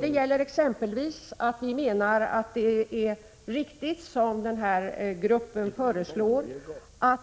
Det gäller exempelvis att vi menar att det är riktigt som gruppen föreslår att